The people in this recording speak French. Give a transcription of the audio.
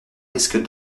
risque